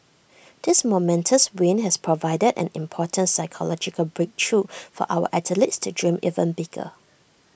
this momentous win has provided an important psychological breakthrough for our athletes to dream even bigger